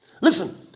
listen